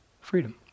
freedom